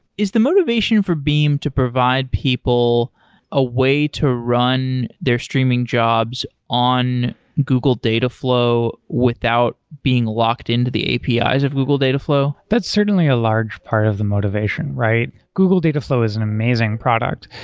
is the motivation for beam to provide people a way to run their streaming jobs on google dataflow without being locked into the apis ah of google dataflow? that's certainly a large part of the motivation, right? google dataflow is an amazing product,